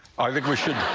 i think we should.